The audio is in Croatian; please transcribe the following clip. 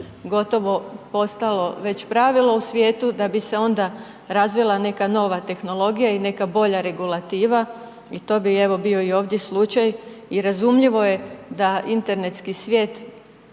gotovo postalo već pravilo u svijetu, da bi se onda razvila neka nova tehnologija i neka bolja regulativa i to bi evo bio i ovdje slučaj i razumljivo je da internetski svijet